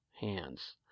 hands